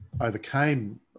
overcame